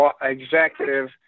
executive